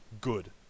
good